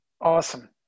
Awesome